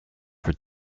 for